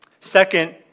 Second